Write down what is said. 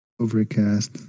Overcast